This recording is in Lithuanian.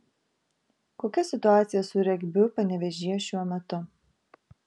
kokia situacija su regbiu panevėžyje šiuo metu